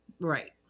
right